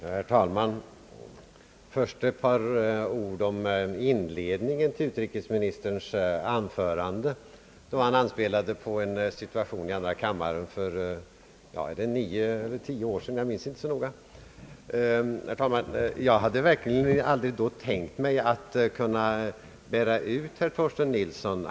Herr talman! Först ett par ord om inledningen till utrikesministerns anförande, där han anspelade på en situation i andra kammaren för nio eller kanske tio år sedan. Jag hade vid det tillfället verkligen aldrig tänkt mig att kunna bära ut herr Torsten Nilsson.